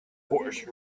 horse